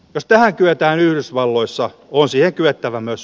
jos tähän kyetään yhdysvalloissa vuosia kyettävä myös